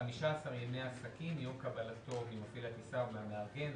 15 ימי עסקים מיום קבלתו ממפעיל הטיסה או מהמארגן.